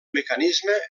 mecanisme